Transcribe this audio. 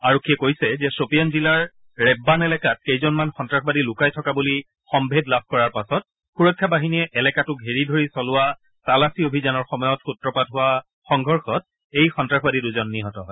আৰক্ষীয়ে কৈছে যে ছ'পিয়ান জিলাৰ ৰেব্বান এলেকাত কেইজনমান সন্নাসবাদী লুকাই থকা বুলি সভেদ লাভ কৰাৰ পাছত সুৰক্ষা বাহিনীয়ে এলেকাটো ঘেৰি ধৰি চলোৱা তালাচী অভিযানৰ সময়ত সুত্ৰপাত হোৱা সংঘৰ্ষত এই সন্নাসবাদী দুজন নিহত হয়